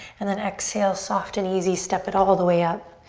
and then exhale, soft and easy, step it all the way up.